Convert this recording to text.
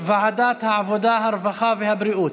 היא תעבור לוועדת העבודה, הרווחה והבריאות.